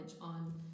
on